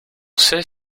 sait